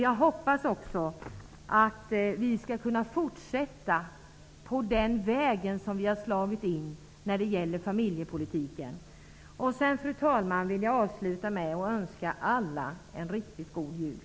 Jag hoppas också att vi skall kunna fortsätta på den väg som vi har slagit in på när det gäller familjepolitiken. Fru talman! Jag vill avsluta med att önska alla en riktigt God jul.